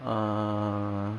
err